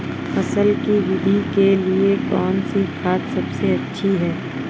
फसल की वृद्धि के लिए कौनसी खाद सबसे अच्छी है?